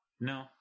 No